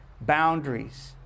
boundaries